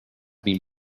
been